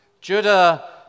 Judah